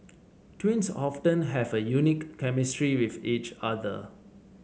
twins often have a unique chemistry with each other